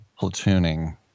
platooning